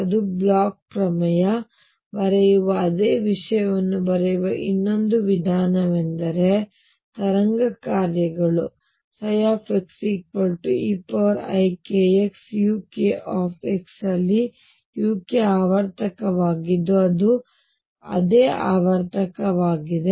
ಅದು ಬ್ಲೋಚ್ ಪ್ರಮೇಯ ಬರೆಯುವ ಅದೇ ವಿಷಯವನ್ನು ಬರೆಯುವ ಇನ್ನೊಂದು ವಿಧಾನವೆಂದರೆ ತರಂಗ ಕಾರ್ಯಗಳು xeikxuk ಅಲ್ಲಿ uk ಆವರ್ತಕವಾಗಿದ್ದು ಅದೇ ಆವರ್ತಕವಾಗಿದೆ